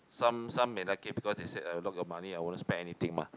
some some may like it because they say I lock your money I won't spend anything mah